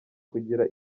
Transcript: kugira